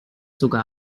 sogar